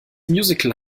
musical